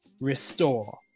restore